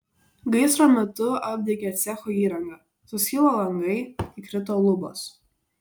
gaisro metu apdegė cecho įranga suskilo langai įkrito lubos